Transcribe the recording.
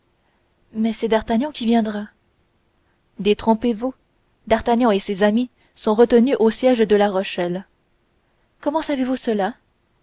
mais c'est d'artagnan qui viendra détrompez-vous d'artagnan et ses amis sont retenus au siège de la rochelle comment savez-vous cela